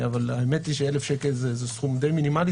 אבל האמת היא ש-1,000 שקל זה סכום די מינימלי.